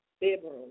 bedroom